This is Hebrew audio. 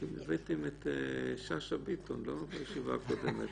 אתם הבאתם בישיבה הקודמת